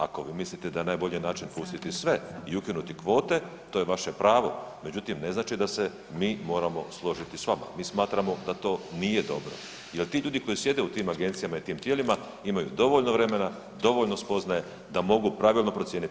Ako vi mislite da je najbolji način pustiti sve i ukinuti kvote, to je vaše pravo međutim ne znači da se mi moramo složiti s vama, mi smatramo da to nije dobro jer ti ljudi koji sjede u tim agencijama i tim tijelima, imaju dovoljno vremena, dovoljno spoznaje da mogu pravilno procijeniti.